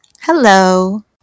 Hello